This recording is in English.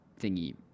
thingy